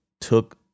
took